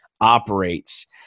operates